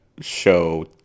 show